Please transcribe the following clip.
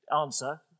Answer